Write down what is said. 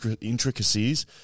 intricacies